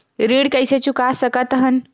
ऋण कइसे चुका सकत हन?